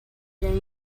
than